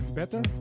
better